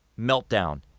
meltdown